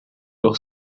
doch